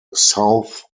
south